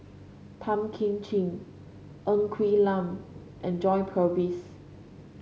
Tan Kim Ching Ng Quee Lam and John Purvis